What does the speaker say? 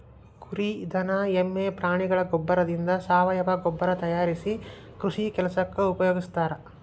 ಕುರಿ ದನ ಎಮ್ಮೆ ಪ್ರಾಣಿಗಳ ಗೋಬ್ಬರದಿಂದ ಸಾವಯವ ಗೊಬ್ಬರ ತಯಾರಿಸಿ ಕೃಷಿ ಕೆಲಸಕ್ಕ ಉಪಯೋಗಸ್ತಾರ